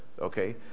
okay